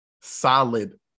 solid